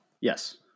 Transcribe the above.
Yes